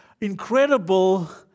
incredible